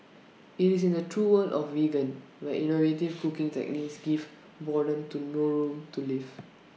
IT is in the true world of vegan where innovative cooking techniques give boredom to no room to live